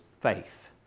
faith